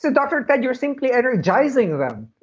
ah dr. ted, you're simply energizing them.